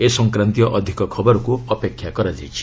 ଏ ସଂକ୍ରାନ୍ତୀୟ ଅଧିକ ଖବରକୁ ଅପେକ୍ଷା କରାଯାଇଛି